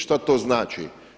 Šta to znači?